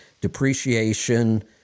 depreciation